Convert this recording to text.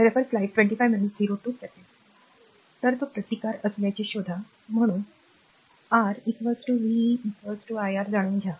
तर तो प्रतिकार असल्याचे शोधा म्हणून R v iR जाणून घ्या